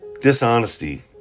dishonesty